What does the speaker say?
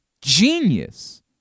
genius